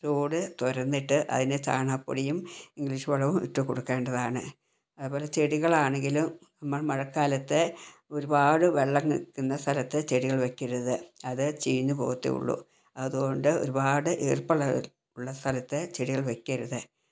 തോട് തൊരന്നിട്ട് അയ്യിന് ചാണാപ്പൊടിയും ഇംഗ്ലീഷ് വളം ഇട്ടു കൊടുക്കേണ്ടതാണ് അത്പോലെ ചെടികളാണെങ്കിലും മഴക്കാലത്ത് ഒരുപാട് വെള്ളന്ന് നിക്കുന്ന സ്ഥലത്ത് ചെടികൾ വയ്ക്കരുത് അത് ചീഞ്ഞ് പോവത്തേ ഉള്ളു അത് കൊണ്ട് ഒരുപാട് ഈർപ്പള്ള ഉള്ള സ്ഥലത്ത് ചെടികൾ വയ്ക്കരുത്